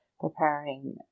preparing